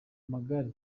amagare